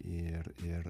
ir ir